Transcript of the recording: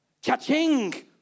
Cha-ching